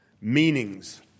meanings